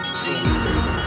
see